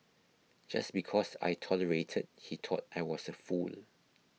just because I tolerated he thought I was a fool